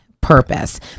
Purpose